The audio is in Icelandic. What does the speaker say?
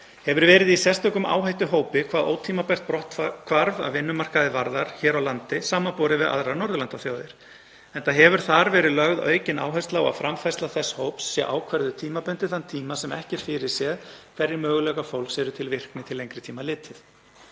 hefur verið í sérstökum áhættuhópi hvað ótímabært brotthvarf af vinnumarkaði varðar hér á landi samanborið við aðrar Norðurlandaþjóðir, enda hefur þar verið lögð aukin áhersla á að framfærsla þess hóps sé ákvörðuð tímabundið þann tíma sem ekki er fyrirséð hverjir möguleikar fólks eru til virkni til lengri tíma litið.